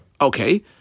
Okay